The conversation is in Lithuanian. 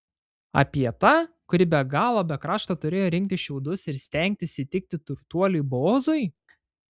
apie tą kuri be galo be krašto turėjo rinkti šiaudus ir stengtis įtikti turtuoliui boozui